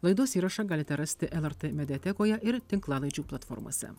laidos įrašą galite rasti lrt mediatekoje ir tinklalaidžių platformose